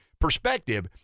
perspective